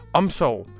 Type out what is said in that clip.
omsorg